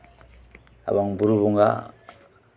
ᱮᱵᱚᱝ ᱵᱩᱨᱩ ᱵᱚᱸᱜᱟ